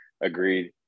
agreed